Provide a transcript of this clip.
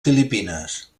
filipines